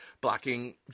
blocking